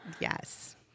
yes